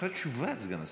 אחרי תשובת סגן השר.